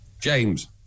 James